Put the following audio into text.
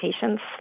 patient's